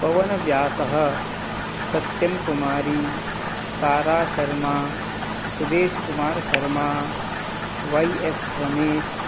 पवनव्यासः सत्यंकुमारी ताराशर्मा सुदेशकुमारः Sharma Y S रमेशः